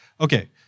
Okay